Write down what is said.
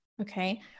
Okay